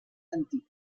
antic